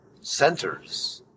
centers